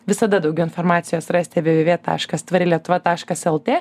visada daugiau informacijos rasite v v v taškas tvari lietuva taškas lt